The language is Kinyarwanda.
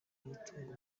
bw’amatungo